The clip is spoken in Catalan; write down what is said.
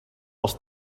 els